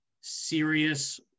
serious